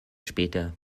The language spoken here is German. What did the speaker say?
später